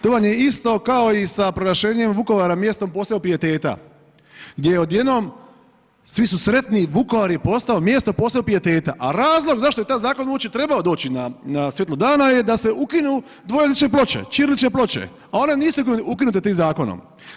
To vam je isto kao i sa proglašenjem Vukovara mjestom posebnog pijeteta gdje je odjednom, svi su sretni, Vukovar je postao mjesto posebnog pijeteta, a razlog zašto je taj zakon uopće trebao doći na svjetlo dana je da se ukinu dvojezične ploče, ćirilične ploče, a one nisu ukinute tim zakonom.